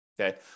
Okay